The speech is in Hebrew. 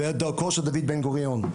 בדרכו של דוד בן גוריון.